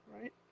right